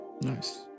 Nice